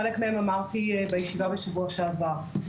חלק מהם אמרתי בישיבה בשבוע שעבר.